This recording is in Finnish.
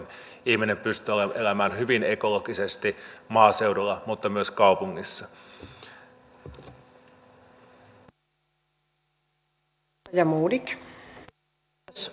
ihminen pystyy elämään hyvin ekologisesti maaseudulla mutta myös kaupungissa